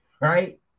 right